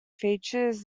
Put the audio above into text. features